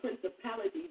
principalities